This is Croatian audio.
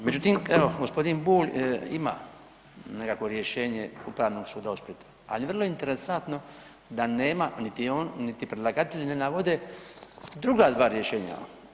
Međutim, evo gospodin Bulj ima nekakvo rješenje Upravnog suda u Splitu, ali vrlo interesantno da nema niti on, niti predlagatelj ne navode druga dva rješenja.